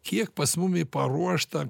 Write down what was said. kiek pas mumi paruošta